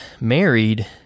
married